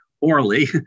orally